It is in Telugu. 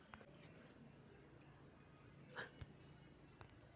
రోజూ వాతావరణాన్ని ఎట్లా తెలుసుకొని దానికి తగిన పంటలని పండిస్తారు?